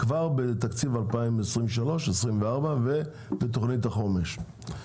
כבר בתקציב 2024-2023 ובתוכנית החומש.